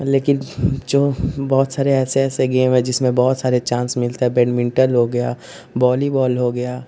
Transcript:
लेकिन जो बहुत सारे ऐसे ऐसे गेम हैं जिसमें बहुत सारे चान्स मिलते हैं बैडमिन्टन हो गया वॉलीबॉल हो गया